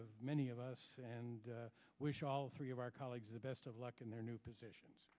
of many of us and wish all three of our colleagues the best of luck in their new positions